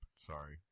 Sorry